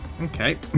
Okay